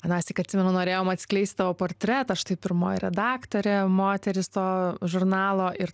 anąsyk atsimenu norėjom atskleist tavo portretą štai pirmoji redaktorė moteris to žurnalo ir